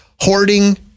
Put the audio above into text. hoarding